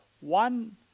One